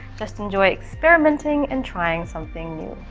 just enjoy experimenting and trying something new.